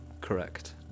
correct